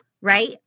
Right